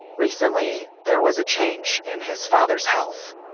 recently, there was a change in his father's health